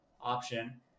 option